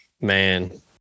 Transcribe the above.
man